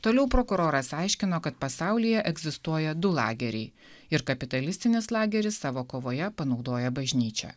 toliau prokuroras aiškino kad pasaulyje egzistuoja du lageriai ir kapitalistinis lageris savo kovoje panaudoja bažnyčią